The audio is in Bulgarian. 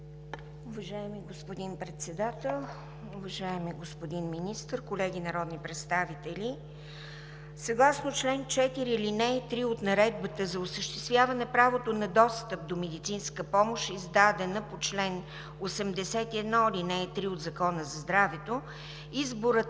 Уважаеми господин Председател, уважаеми господин Министър, колеги народни представители! Съгласно чл. 4, ал. 3 от Наредбата за осъществяване правото на достъп до медицинска помощ, издадена по чл. 81, ал. 3 от Закона за здравето, изборът